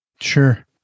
Sure